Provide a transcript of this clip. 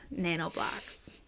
nanoblocks